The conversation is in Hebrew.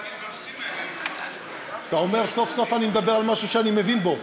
אתה אומר שסוף-סוף אני מדבר על משהו שאני מבין בו,